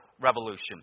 revolution